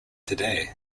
today